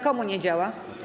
Komu nie działa?